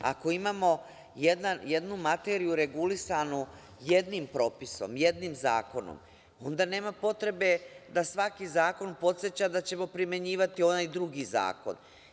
Ako imamo jednu materiju regulisanu jednim propisom, jednim zakonom, onda nema potrebe da svaki zakon podseća da ćemo primenjivati onaj drugi zakon.